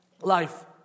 Life